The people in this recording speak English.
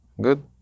good